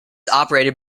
operated